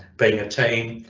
being a team,